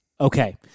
Okay